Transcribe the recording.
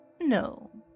No